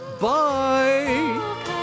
bye